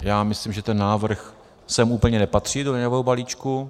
Já myslím, že ten návrh sem úplně nepatří, do daňového balíčku.